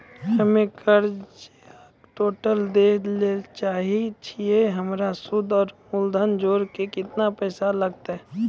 हम्मे कर्जा टोटल दे ला चाहे छी हमर सुद और मूलधन जोर के केतना पैसा लागत?